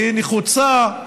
שהיא נחוצה,